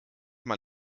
man